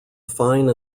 fine